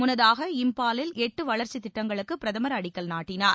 முன்னதாக இம்பாலில் எட்டு வளர்ச்சித் திட்டங்களுக்கு பிரதமர் அடிக்கல் நாட்டினார்